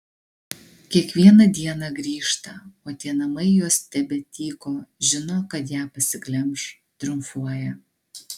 kiekvieną dieną grįžta o tie namai jos tebetyko žino kad ją pasiglemš triumfuoja